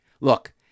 Look